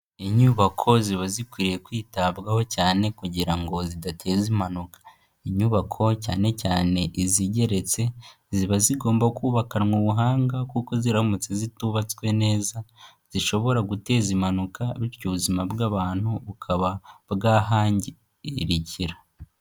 Inyubako ziba zikwiriye kwitabwaho cyane kugira ngo zidateza impanuka, inyubako cyane cyane izigeretse, ziba zigomba kubakanwa ubuhanga kuko ziramutse zitubatswe neza, zishobora guteza impanuka bityo ubuzima bw'abantu bukaba bwahangirikira.